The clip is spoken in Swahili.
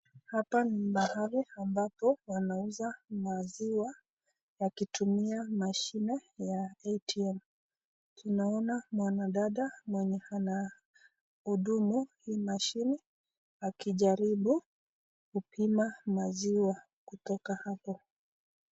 Hapa ni mahali ambapo wanauza maziwa yakitumia mashine ya ATM, tunaona mwanadada mwenye anahudumu hii mashine akijaribu kupima maziwa kutoka hapo.